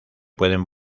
pueden